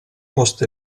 post